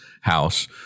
house